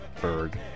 Berg